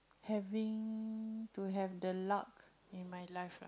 having to have the luck in my life lah